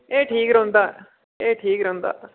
एह् ठीक रौंह्दा एह् ठीक रौंह्दा